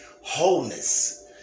wholeness